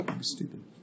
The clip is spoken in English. stupid